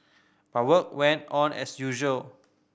but work went on as usual